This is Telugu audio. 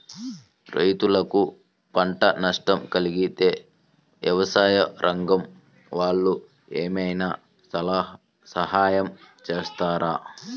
రైతులకు పంట నష్టం కలిగితే వ్యవసాయ రంగం వాళ్ళు ఏమైనా సహాయం చేస్తారా?